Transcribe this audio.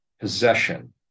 possession